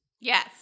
yes